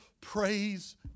praise